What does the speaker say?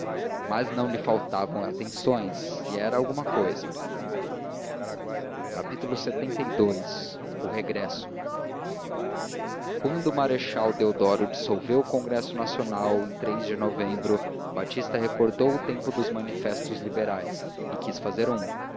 mas não lhe faltavam atenções e era alguma cousa lxxii o regresso quando o marechal deodoro dissolveu o congresso nacional em de novembro batista recordou o tempo dos manifestos liberais e quis fazer um